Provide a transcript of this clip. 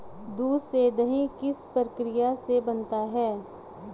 दूध से दही किस प्रक्रिया से बनता है?